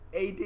AD